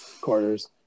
quarters